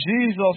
Jesus